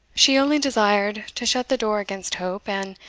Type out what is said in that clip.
she only desired to shut the door against hope, and,